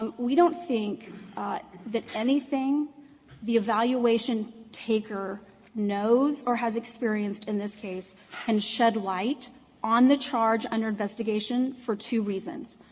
um we don't think that anything the evaluation-taker knows or has experienced in this case can shed light on the charge under investigation for two reasons.